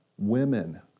women